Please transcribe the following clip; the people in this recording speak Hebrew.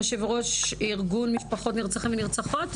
יושבת-ראש ארגון משפחות נרצחים ונרצחות.